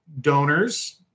donors